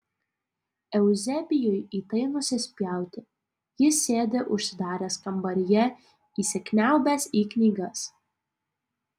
euzebijui į tai nusispjauti jis sėdi užsidaręs kambaryje įsikniaubęs į knygas